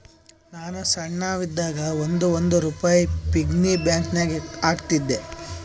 ನಾನು ಸಣ್ಣವ್ ಇದ್ದಾಗ್ ಒಂದ್ ಒಂದ್ ರುಪಾಯಿ ಪಿಗ್ಗಿ ಬ್ಯಾಂಕನಾಗ್ ಹಾಕ್ತಿದ್ದೆ